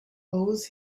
always